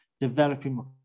developing